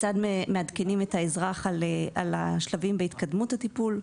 כיצד מעדכנים את האזרח על השלבים בהתקדמות הטיפול.